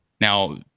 now